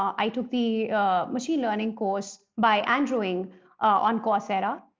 i took the machine learning course by andrew ng on coursera.